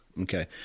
Okay